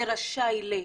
ב'רשאי ל-'.